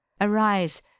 Arise